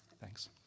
Thanks